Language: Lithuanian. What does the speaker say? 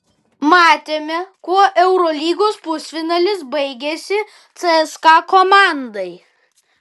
matėme kuo eurolygos pusfinalis baigėsi cska komandai